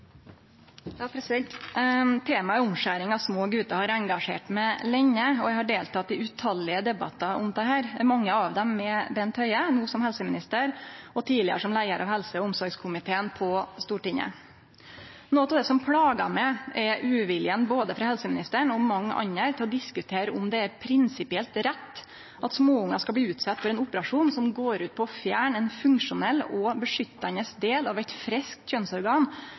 Ja, det er viktig å se på hva andre land gjør, men det er også viktig å ta egne vurderinger. Da er replikkordskiftet omme. De talere som heretter får ordet, har en taletid på inntil 3 minutter. Temaet omskjering av små gutar har engasjert meg lenge, og eg har delteke i tallause debattar om dette – mange av dei med Bent Høie, no som helseminister, og tidlegare som leiar av helse- og omsorgskomiteen på Stortinget. Noko av det som plagar meg, er uviljen frå både helseministeren og mange andre mot å diskutere om det er prinsipielt